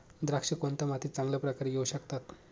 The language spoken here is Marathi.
द्राक्षे कोणत्या मातीत चांगल्या प्रकारे येऊ शकतात?